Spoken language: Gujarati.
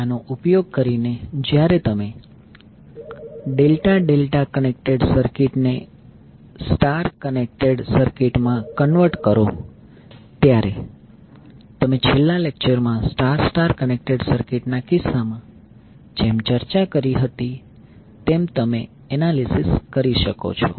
આનો ઉપયોગ કરીને જ્યારે તમે ડેલ્ટા ડેલ્ટા કનેક્ટેડ સર્કિટને સ્ટાર સ્ટાર કનેક્ટેડ સર્કિટ માં કન્વર્ટ કરો ત્યારે તમે છેલ્લા લેક્ચર માં સ્ટાર સ્ટાર કનેક્ટેડ સર્કિટના કિસ્સામાં જેમ ચર્ચા કરી હતી તેમ તમે એનાલિસિસ કરી શકો છો